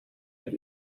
mit